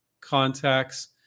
contacts